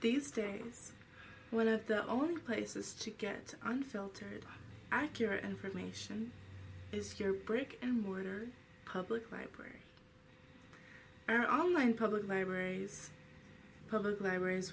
these days one of the only places to get unfiltered accurate information is your brick and mortar public library or online public libraries public libraries